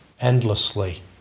endlessly